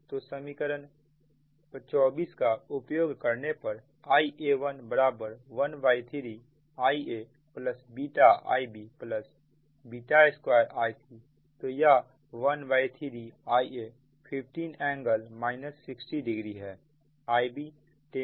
तो समीकरण 24 का उपयोग करने पर Ia113IaIb2Ic तो यह ⅓ Ia15 ㄥ 60oहै